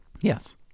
Yes